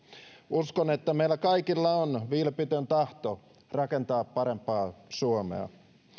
uskon että meillä kaikilla on vilpitön tahto rakentaa parempaa suomea